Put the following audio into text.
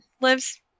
lives